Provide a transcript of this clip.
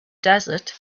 desert